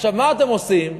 עכשיו, מה אתם עושים?